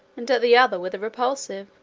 and at the other with a repulsive.